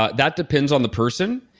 ah that depends on the person.